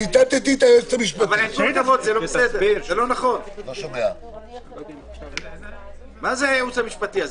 הסתייגות מס' 18. מי בעד ההסתייגות?